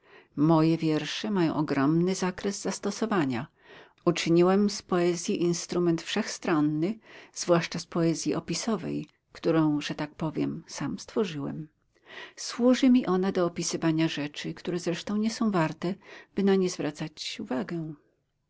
moje wiersze mają ogromny zakres zastosowania uczyniłem z poezji instrument wszechstronny zwłaszcza z poezji opisowej którą że tak powiem sam stworzyłem służy mi ona do opisywania rzeczy które zresztą nie są warte by na nie zwracać uwagę